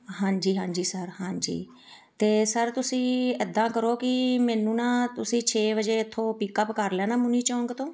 ਹਾਂਜੀ ਹਾਂਜੀ ਸਰ ਹਾਂਜੀ ਅਤੇ ਸਰ ਤੁਸੀਂ ਇੱਦਾਂ ਕਰੋ ਕਿ ਮੈਨੂੰ ਨਾ ਤੁਸੀਂ ਛੇ ਵਜੇ ਇੱਥੋਂ ਪਿੱਕਅਪ ਕਰ ਲੈਣਾ ਮੁਨੀ ਚੌਂਕ ਤੋਂ